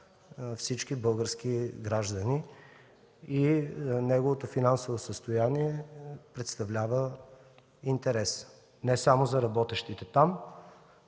всички български граждани и неговото финансово състояние представлява интерес не само за работещите там,